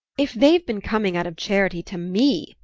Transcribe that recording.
if they've been coming out of charity to me,